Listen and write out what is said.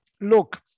look